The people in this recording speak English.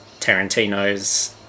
Tarantino's